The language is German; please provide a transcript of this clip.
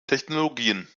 technologien